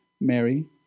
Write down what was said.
Mary